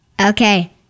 okay